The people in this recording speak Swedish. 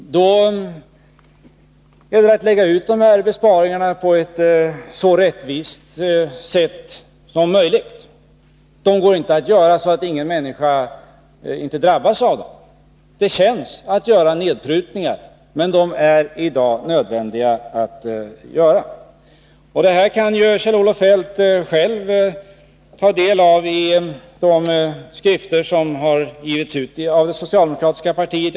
Det gäller att lägga ut besparingarna på ett så rättvist sätt som möjligt. Det går inte att göra så att inga människor drabbas. Det känns att göra nedprutningar, men de är i dag nödvändiga, och information därom kan Kjell-Olof Feldt själv ta del av i de skrifter som har getts ut av det socialdemokratiska partiet.